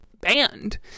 banned